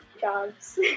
jobs